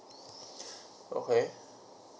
okay